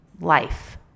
life